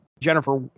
Jennifer